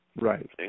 right